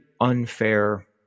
unfair